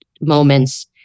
moments